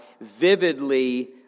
vividly